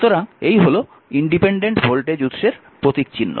সুতরাং এই হল ইনডিপেন্ডেন্ট ভোল্টেজ উৎসের প্রতীকচিহ্ন